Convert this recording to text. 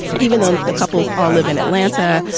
even on the couples all live in atlanta.